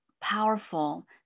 powerful